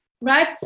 right